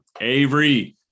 avery